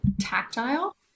tactile